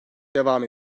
devam